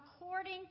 according